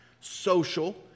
social